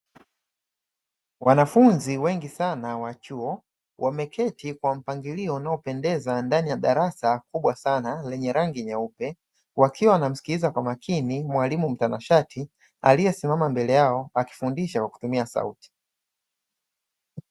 Wanafunzi wengi sana wa chuo wameketi kwa mpangilio unaopendeza ndani ya darasa kubwa sana lenye rangi nyeupe, wakiwa wanamsikiliza kwa makini mwalimu mtanashati, aliyesimama mbele yao akifundisha kwa kutumia sauti.